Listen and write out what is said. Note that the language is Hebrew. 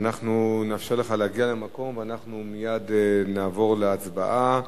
נאפשר לך להגיע למקום ואנחנו מייד נעבור להצבעה.